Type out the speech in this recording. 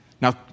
Now